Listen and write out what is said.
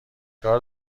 کار